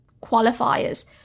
qualifiers